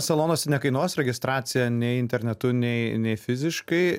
salonuose nekainuos registracija nei internetu nei nei fiziškai